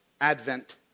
Advent